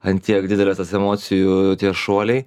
ant tiek didelės tos emocijų tie šuoliai